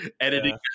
editing